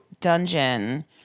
Dungeon